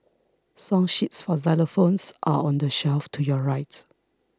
song sheets for xylophones are on the shelf to your right